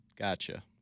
Gotcha